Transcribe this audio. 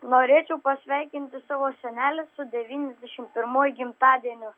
norėčiau pasveikinti savo senelę su devyniasdešimt pirmuoju gimtadieniu